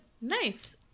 Nice